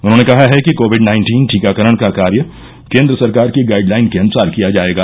उन्होंने कहा है कि कोविड नाइन्टीन टीकाकरण का कार्य केन्द्र सरकार की गाइड लाइन के अनुसार किया जायेगा